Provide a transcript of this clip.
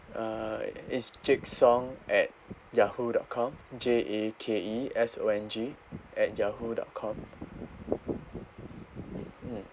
uh it's jake song at yahoo dot com J A K E S O N G at yahoo dot com mm